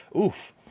oof